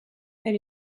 elle